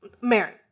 Mary